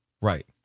Right